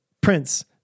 Prince